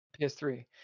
ps3